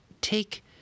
take